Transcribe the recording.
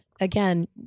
again